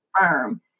firm